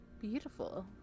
beautiful